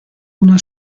una